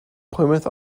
plymouth